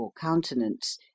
countenance